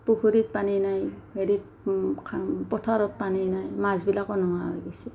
পুখুৰীত পানী নাই হেৰিত পথাৰত পানী নাই মাছবিলাকো নোহোৱা হৈ গৈছে